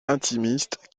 intimiste